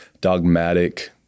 dogmatic